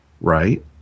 Right